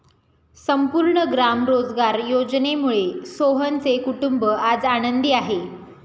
संपूर्ण ग्राम रोजगार योजनेमुळे सोहनचे कुटुंब आज आनंदी आहे